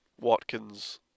Watkins